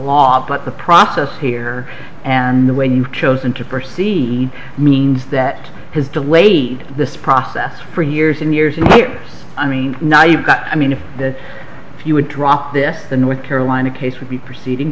law but the process here and the way you've chosen to proceed means that has delayed this process for years and years and i mean now you've got i mean if the if you would drop this the north carolina case would be proceeding